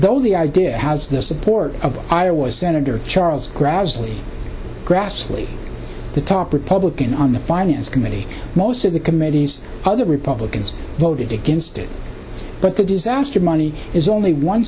though the idea has the support of iowa senator charles grassley grassley the top republican on the finance committee most of the committee's other republicans voted against it but the disaster money is only one